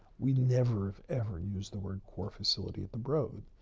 we never ever used the word core facility at the broad,